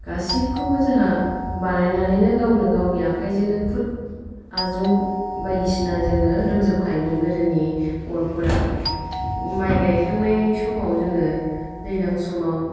गासिबखौबो जोंहा बानायनानै गावनो गावनि आखायजोंनो खुद आजुं बायदिसिना जोङो रोंजोबखायोमोन गोदोनि बर'फोरा माय गायखांनाय समाव जोङो दैलां समाव